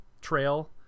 trail